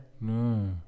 No